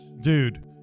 Dude